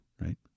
right